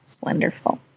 Wonderful